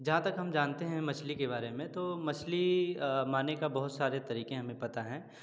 जहाँ तक हम जानते हैँ मछली के बारे में तो मछली मारने का बहुत सारे तरीके हमें पता हैँ